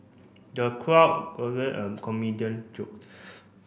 the crowd at the comedian joke